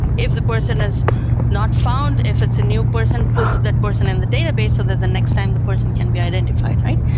if the person is not found, if it's a new person, puts that person in the database so that the next time the person can be identified, right?